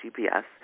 GPS